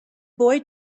boy